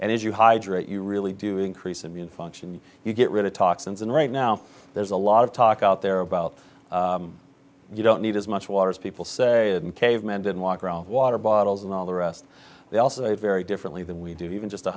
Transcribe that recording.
and as you hydrate you really do increase immune function you get rid of toxins and right now there's a lot of talk out there about you don't need as much water as people say a caveman didn't walk around water bottles and all the rest they also very very differently than we do even just